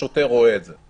השוטר רואה את זה.